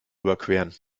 überqueren